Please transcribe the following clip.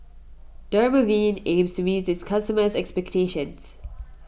Dermaveen aims to meet its customers' expectations